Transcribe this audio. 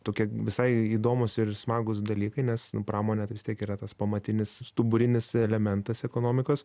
tokie visai įdomūs ir smagūs dalykai nes pramonė tai vis tiek yra tas pamatinis stuburinis elementas ekonomikos